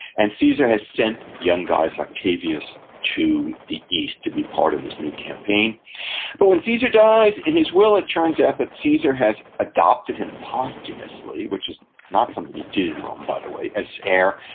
and caesar has sent young gaius octavius to the east to be part of this new campaign but when caesar dies, in his will it turns out that caesar has adopted him posthumously, which is not something you did in rome, by the way, as heir,